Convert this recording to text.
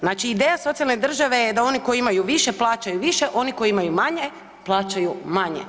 Znači ideja socijalne države je da oni koji imaju više plaćaju više, oni koji imaju manje plaćaju manje.